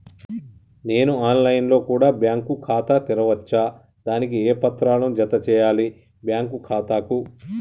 నేను online లో కూడా బ్యాంకు ఖాతా ను తెరవ వచ్చా? దానికి ఏ పత్రాలను జత చేయాలి బ్యాంకు ఖాతాకు?